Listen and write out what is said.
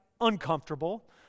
uncomfortable